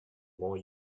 more